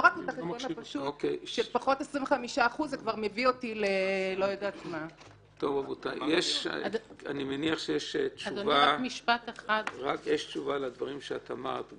לא רק את החשבון הפשוט של פחות 25%. אני מניח שיש תשובה לדברים שאמרת,